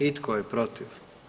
I tko je protiv?